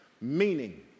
Meaning